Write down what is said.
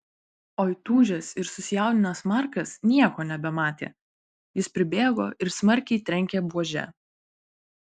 o įtūžęs ir susijaudinęs markas nieko nebematė jis pribėgo ir smarkiai trenkė buože